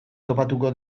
topatuko